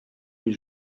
les